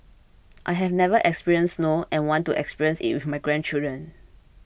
I have never experienced snow and want to experience it with my grandchildren